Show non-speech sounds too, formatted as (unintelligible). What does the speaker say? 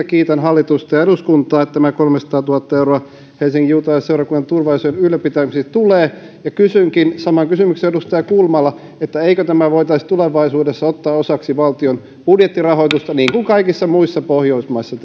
(unintelligible) kiitän hallitusta ja eduskuntaa että tämä kolmesataatuhatta euroa helsingin juutalaisseurakunnan turvallisuuden ylläpitämiseksi tulee ja kysynkin saman kysymyksen kuin edustaja kulmala eikö tämä voitaisi tulevaisuudessa ottaa osaksi valtion budjettirahoitusta niin kuin kaikissa muissa pohjoismaissa (unintelligible)